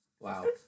Wow